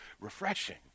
refreshing